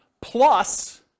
plus